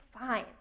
fine